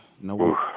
No